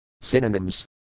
Synonyms